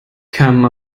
come